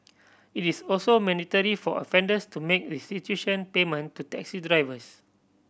it is also mandatory for offenders to make restitution payment to taxi drivers